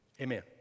Amen